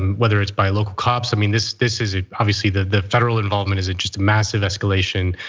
whether it's by local cops, i mean this this is ah obviously the federal involvement is and just a massive escalation,